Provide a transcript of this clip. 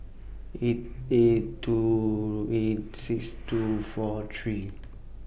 eight eight two eight six two four three